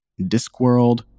Discworld